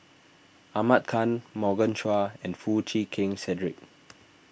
Ahmad Khan Morgan Chua and Foo Chee Keng Cedric